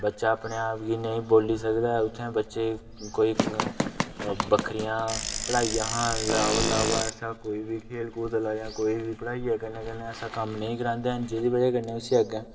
बच्चा अपने आप गी नेईं बोली सकदा ऐ उ'त्थें बच्चे ई कोई बक्खरियां पढ़ाई हां अलावा ऐसा कोई बी खेलकूद लग्गे पढ़ाइयै कन्नै कन्नै ऐसा कम्म नेईं करांदे हैन जेह्दी बजह् कन्नै उसी अग्गें